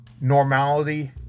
normality